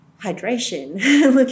hydration